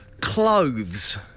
clothes